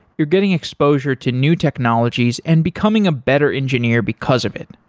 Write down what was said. you're getting exposure to new technologies and becoming a better engineer because of it.